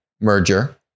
merger